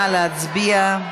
נא להצביע.